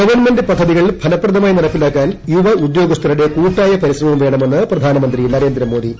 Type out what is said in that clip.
government പൂദ്ധ്യതികൾ ഫലപ്രദമായി നടപ്പാക്കാൻ യുവ ഉദ്യോഗസ്മാരുടെ കൂട്ടായ പരിശ്രമം വേണമെന്ന് പ്രധാനമന്ത്രി നരേന്ദ്രമോദി